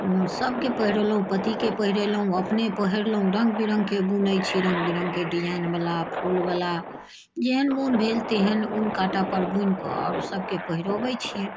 सभके पहिरेलहुँ पतिके पहिरेलहुँ अपने पहिरलहुँ रङ्ग विरङ्गके बुनैत छी रङ्ग विरङ्गके डिजाइन बला फूल बला जेहन मन भेल तेहन ऊन काँटा पर बुनि कऽ आओर सभकेँ पहिराबैत छिअनि